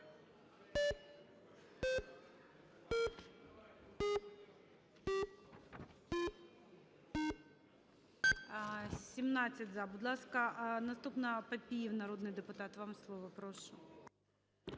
За-17 Будь ласка, наступна Папієв, народний депутат, вам слово, прошу.